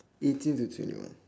eighteen to twenty one